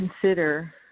consider